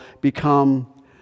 become